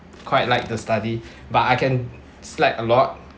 quite like to study but I can slack a lot